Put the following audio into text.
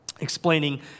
explaining